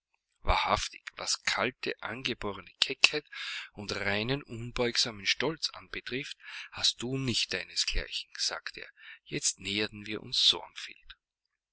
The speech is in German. wahrhaftig was kalte angeborene keckheit und reinen unbeugsamen stolz anbetrifft hast du nicht deinesgleichen sagte er jetzt näherten wir uns